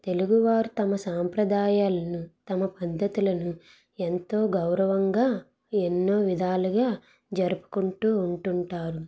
తెలుగువారు తమ సాంప్రదాయాలను తమ పద్ధతులను ఎంతో గౌరవంగా ఎన్నో విధాలుగా జరుపుకుంటు ఉంటారు